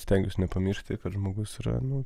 stengiuosi nepamiršti kad žmogus yra nu